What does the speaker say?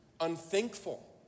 unthankful